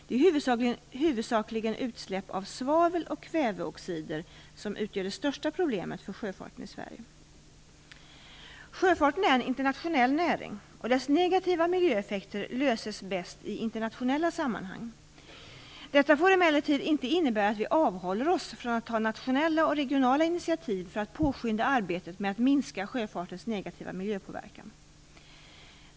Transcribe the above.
Det är huvudsakligen utsläpp av svavel och kväveoxider som utgör det största problemet för sjöfarten i Sverige. Sjöfarten är en internationell näring, och dess negativa miljöeffekter löses bäst i internationella sammanhang. Detta får emellertid inte innebära att vi avhåller oss från att ta nationella och regionala initiativ för att påskynda arbetet med att minska sjöfartens negativa miljöpåverkan.